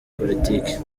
politiki